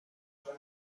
اعلام